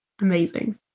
Amazing